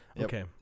Okay